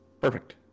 Perfect